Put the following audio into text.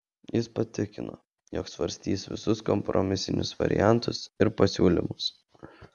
jis patikino jog svarstys visus kompromisinius variantus ir pasiūlymus